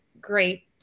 great